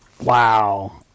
Wow